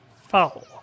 foul